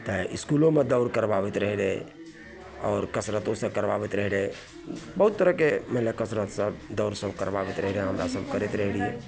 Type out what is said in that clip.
तऽ इसकुलोमे दौड़ करबाबैत रहै रहै आओर कसरतो सब करबाबैत रहै रहै बहुत तरहके मानि ले कसरत सब दौड़ सब करबाबैत रहै रहै हमरासभ करैत रहै रहिए